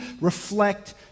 reflect